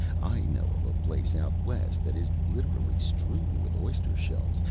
i know of a place out west that is literally strewn with oyster-shells,